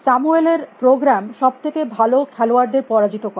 Samuel এর program Samuel's program সব থেকে ভালো খেলোয়াড় দের পরাজিত করে